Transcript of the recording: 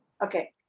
Okay